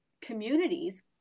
communities